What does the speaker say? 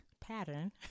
pattern